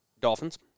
Dolphins